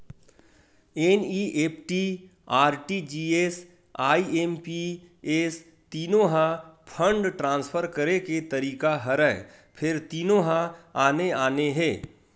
NEFT, RTGS, IMPS तीनो ह fund transfer करे के तरीका हरय फेर तीनो ह आने आने हे